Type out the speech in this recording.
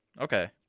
Okay